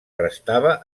restava